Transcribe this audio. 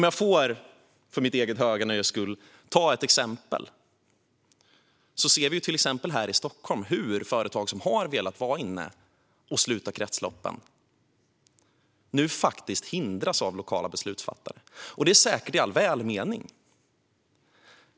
Jag ska, för mitt eget höga nöjes skull, ge ett exempel. Vi ser här i Stockholm hur företag som vill vara med och sluta kretsloppen faktiskt hindras av lokala beslutsfattare. Det är säkert i all välmening.